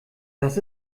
das